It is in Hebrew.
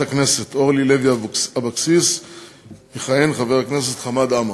הכנסת אורלי לוי אבקסיס יכהן חבר הכנסת חמד עמאר.